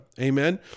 Amen